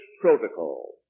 protocol